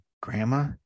Grandma